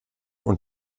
und